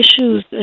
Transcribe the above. issues